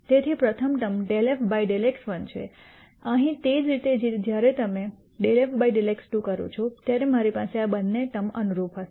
તેથી પ્રથમ term ∂f ∂x1 છે અહીં તે જ રીતે જ્યારે તમે ∂f ∂x2 કરો છો ત્યારે મારી પાસે આ બેને અનુરૂપ ટર્મ હશે